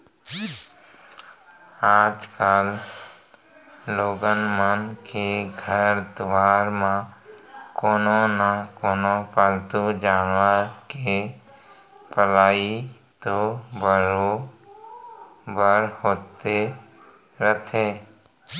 आजकाल लोगन मन के घर दुवार म कोनो न कोनो पालतू जानवर के पलई तो बरोबर होते रथे